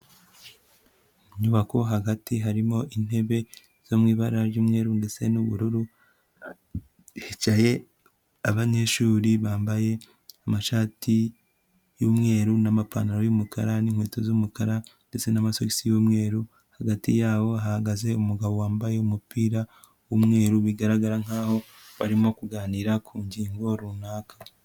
Inyubako hagati harimo intebe zo mu ibara ry'umweru ndetse n'ubururu, hicaye abanyeshuri bambaye amashati y'umweru n'amapantaro y'umukara n'inkweto z'umukara ndetse n'amasogisi y'umweru, hagati yabo hahagaze umugabo wambaye umupira w'umweru bigaragara nkaho barimo kuganira ku ngingo runaka.